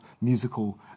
musical